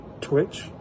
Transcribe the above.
Twitch